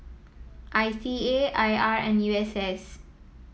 I C A I R and U S S